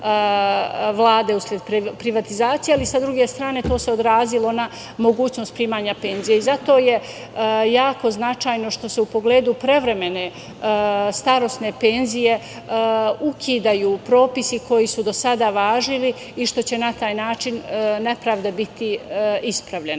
Vlade usled privatizacije, ali sa druge strane to se odrazilo na mogućnost primanja penzija. Zato je jako značajno što se u pogledu prevremene starosne penzije ukidaju propisi koji su do sada važili i što će na taj način nepravda biti ispravljena. Još